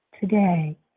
Today